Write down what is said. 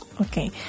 Okay